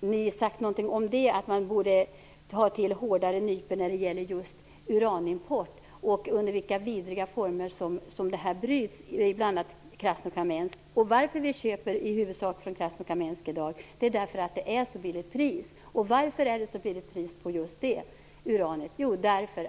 ni inte sagt något om att man borde ha hårdare nypor just när det gäller uranimporten och de vidriga former under vilka uran bryts i bl.a. Krasnokamensk? Orsaken till att vi i dag i huvudsak köper från Krasnokamensk är det låga priset. Varför är priset på just det uranet så lågt?